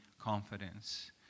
confidence